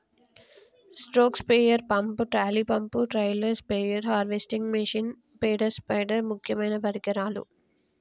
stroke sprayer pump, trolley pump, trailer spare, harvesting machine, పేడ spider ముక్యమైన పరికరాలు